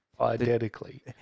identically